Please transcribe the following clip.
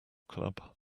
club